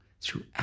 throughout